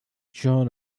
john